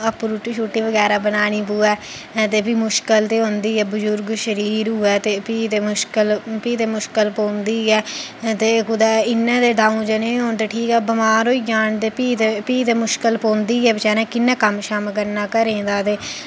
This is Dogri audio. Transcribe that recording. आपूं रुट्टी शुट्टी बगैरा बनानी पवै ऐं ते फ्ही मुश्कल ते हुंदी बुजुर्ग शरीर होवै ते फ्ही ते मुश्कल फ्ही मुश्कल पौंदी गै ते कुतै इन्ना ते द'ऊं जनें होन ते ठीक ऐ बमार होई जान ते फ्ही ते फ्ही ते मुश्कल पौंदी गै बचैरें कि'यां कम्म शम्म करना घरै दा ते